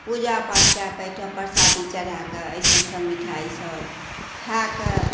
पूजा पाठ कऽ कऽ ओहिठाम प्रसादी चढ़ाकऽ ओहिठाम मिठाइसब खाकऽ